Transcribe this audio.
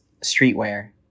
streetwear